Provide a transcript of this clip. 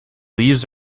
leaves